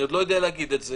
אני עוד לא יודע להגיד את זה